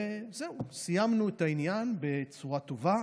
וסיימנו את העניין בצורה טובה.